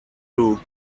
too